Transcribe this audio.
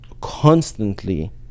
constantly